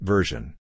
Version